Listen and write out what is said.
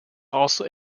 also